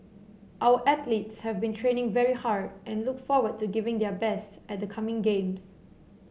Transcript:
our athletes have been training very hard and look forward to giving their best at the coming games